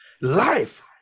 life